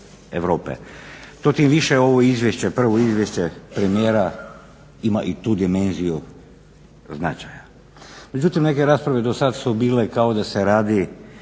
Europe. To tim više ovo izvješće, prvo izvješće premijera ima i tu dimenziju … značaja. Međutim, neke rasprave dosad su bile kao da se radi